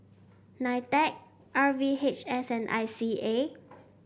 Nitec R V H S and I C A